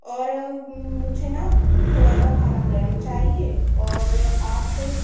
और मुझे न थोड़ा सा खाना गर्म चाहिए और आप